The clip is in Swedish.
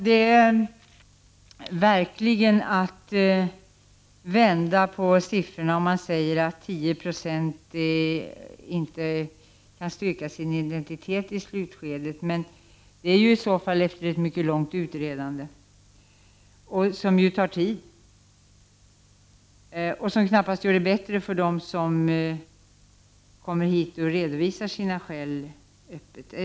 Det är verkligen att vända på siffrorna om man säger att 10 96 av flyktingarna inte kan styrka sin identitet i slutskedet, men det är i så fall efter ett mycket långt utredande, vilket ju tar tid och knappast gör det bättre för dem Prot. 1989/90:29 som kommer till Sverige och redovisar sina skäl öppet.